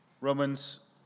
Romans